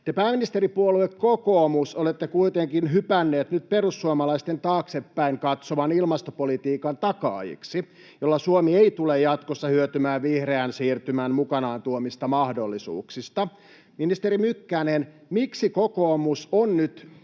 pääministeripuolue kokoomus, olette kuitenkin hypänneet nyt perussuomalaisten taaksepäin katsovan ilmastopolitiikan takaajiksi, jolla Suomi ei tule jatkossa hyötymään vihreän siirtymän mukanaan tuomista mahdollisuuksista. Ministeri Mykkänen, miksi kokoomus on nyt